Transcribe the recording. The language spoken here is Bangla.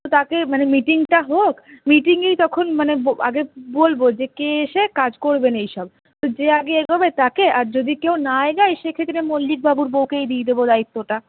তো তাকে মানে মিটিংটা হোক মিটিংয়েই তখন মানে আগে বলব যে কে এসে কাজ করবেন এইসব তো যে আগে এগোবে তাকে আর যদি কেউ না এগায় সেক্ষেত্রে মল্লিকবাবুর বউকেই দিয়ে দেব দায়িত্বটা